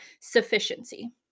sufficiency